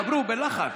דברו, בלחש.